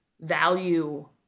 value